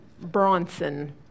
Bronson